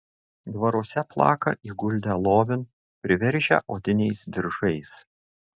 dvaruose plaka įguldę lovin priveržę odiniais diržais